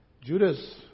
Judas